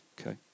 Okay